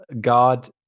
God